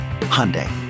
Hyundai